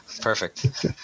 Perfect